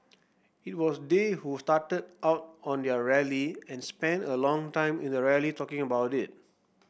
it was they who started out on their rally and spent a long time in the rally talking about it